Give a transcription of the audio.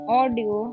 audio